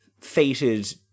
fated